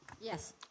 Yes